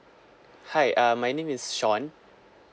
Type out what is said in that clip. hi uh my name is sean